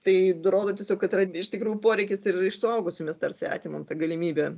tai rodo tiesiog kad yra iš tikrųjų poreikis ir iš suaugusių mes tarsi atimam galimybę